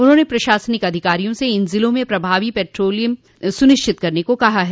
उन्होंने प्रशासनिक अधिकारियों से इन जिलों में पभावी पेट्रोलियम सुनिश्चित करने को कहा है